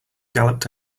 galloped